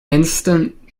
instant